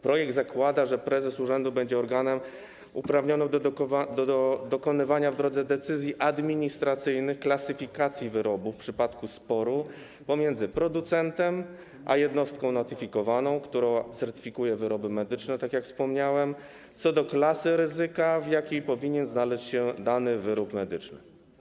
Projekt zakłada, że prezes urzędu będzie organem uprawnionym do dokonywania w drodze decyzji administracyjnych klasyfikacji wyrobów w przypadku sporu pomiędzy producentem a jednostką notyfikowaną, która certyfikuje wyroby medyczne, tak jak wspomniałem, co do klasy ryzyka, w jakiej powinien znaleźć się dany wyrób medyczny.